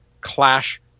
Clash